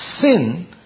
sin